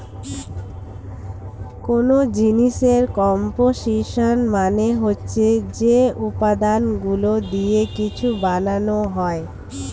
কোন জিনিসের কম্পোসিশন মানে হচ্ছে যে উপাদানগুলো দিয়ে কিছু বানানো হয়